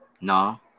No